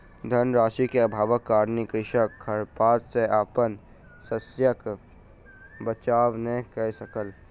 धन राशि के अभावक कारणेँ कृषक खरपात सॅ अपन शस्यक बचाव नै कय सकल